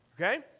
Okay